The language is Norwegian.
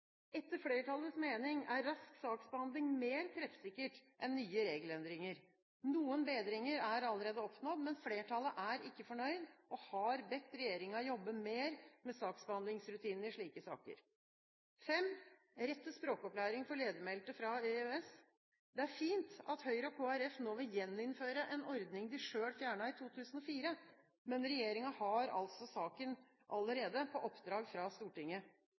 Etter flertallets mening er rask saksbehandling mer treffsikkert enn nye regelendringer. Noen bedringer er allerede oppnådd, men flertallet er ikke fornøyd og har bedt regjeringen jobbe mer med saksbehandlingsrutinene i slike saker. rett til språkopplæring for ledigmeldte fra EØS: Det er fint at Høyre og Kristelig Folkeparti nå vil gjeninnføre en ordning de selv fjernet i 2004, men regjeringen har altså saken allerede, på oppdrag fra Stortinget.